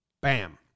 bam